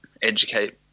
educate